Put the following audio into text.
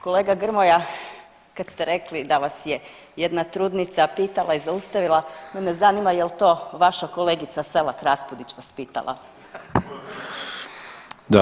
Kolega Grmoja kad ste rekli da vas je jedna trudnica pitala i zaustavila, mene zanima je li to vaša kolegica Selak Raspudić vas pitala.